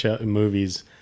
movies